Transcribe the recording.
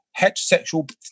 heterosexual